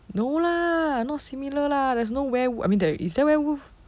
no lah not similar lah there's no werewolf I mean there is is there werewolf